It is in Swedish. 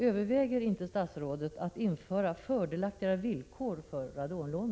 Överväger bostadsministern att införa fördelaktigare villkor för radonlån?